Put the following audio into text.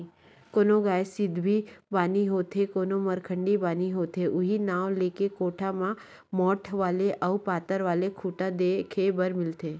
कोनो गाय सिधवी बानी होथे कोनो मरखंडी बानी होथे उहीं नांव लेके कोठा मन म मोठ्ठ वाले अउ पातर वाले खूटा देखे बर मिलथे